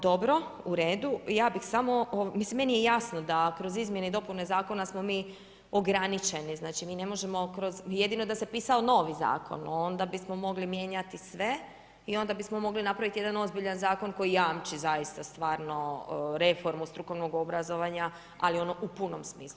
Dobro, u redu, ja bih samo, mislim meni je jasno da kroz izmjene i dopune zakona smo mi ograničeni, znači, mi ne možemo, kroz, jedino da se pisao novi zakon, onda bismo mogli mijenjati sve i onda bismo mogli napraviti jedan ozbiljan zakon, koji jamči, zaista, stvarno reformu strukovnog obrazovanja ali onog u punom smislu.